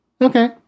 Okay